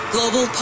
Global